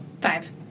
Five